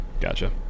Gotcha